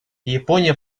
япония